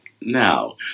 Now